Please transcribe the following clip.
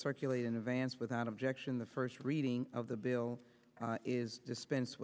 circulate in advance without objection the first reading of the bill is dispensed